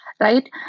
right